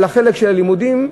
על החלק של הלימודים,